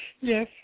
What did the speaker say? yes